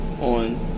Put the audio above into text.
on